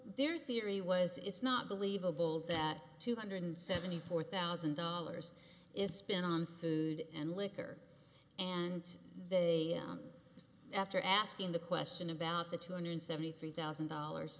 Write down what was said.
their theory was it's not believable that two hundred seventy four thousand dollars is spent on food and liquor and they after asking the question about the two hundred seventy three thousand dollars